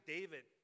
David